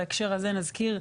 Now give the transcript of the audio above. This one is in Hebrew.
בהקשר הזה נזכיר,